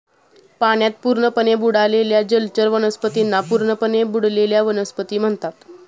पाण्यात पूर्णपणे बुडालेल्या जलचर वनस्पतींना पूर्णपणे बुडलेल्या वनस्पती म्हणतात